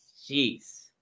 Jeez